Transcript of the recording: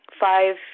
five